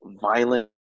violent